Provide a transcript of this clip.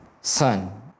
son